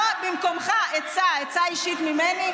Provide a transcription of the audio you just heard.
עצה אישית ממני,